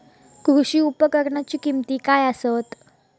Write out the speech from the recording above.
कृषी उपकरणाची किमती काय आसत?